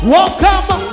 Welcome